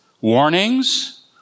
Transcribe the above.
warnings